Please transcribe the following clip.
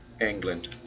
England